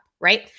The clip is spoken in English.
right